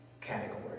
category